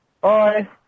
Bye